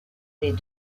les